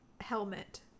helmet